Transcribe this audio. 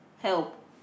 help